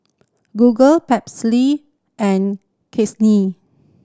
Google and